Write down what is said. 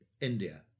india